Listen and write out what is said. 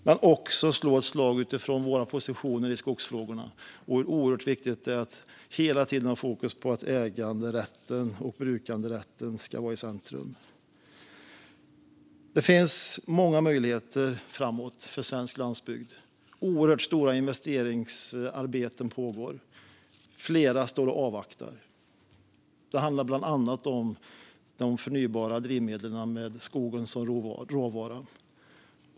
Jag vill också, utifrån våra positioner i skogsfrågorna, slå ett slag för hur oerhört viktigt det är att hela tiden ha fokus på att äganderätten och brukanderätten ska vara i centrum. Det finns många möjligheter framåt för svensk landsbygd. Oerhört stora investeringsarbeten pågår. Flera står och avvaktar; det handlar bland annat om de förnybara drivmedlen med skogen som råvara.